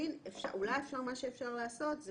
אולי מה שאפשר לעשות זה